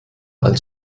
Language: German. als